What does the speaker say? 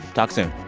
talk soon